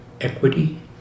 equity